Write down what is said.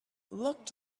looked